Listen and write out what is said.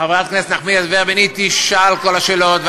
חברת הכנסת נחמיאס ורבין, היא תשאל את כל השאלות.